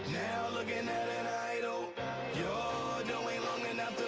looking at an idol you're doe ain't long enough